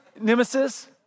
nemesis